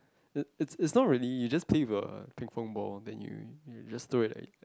it it's it's not really you just play with the Ping-Pong ball then you you just throw it like